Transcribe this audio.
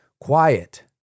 Quiet